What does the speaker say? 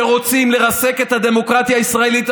שרוצים לרסק את הדמוקרטיה הישראלית.